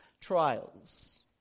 trials